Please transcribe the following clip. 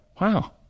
wow